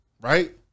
right